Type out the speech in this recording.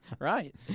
Right